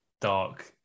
dark